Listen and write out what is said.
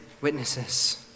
witnesses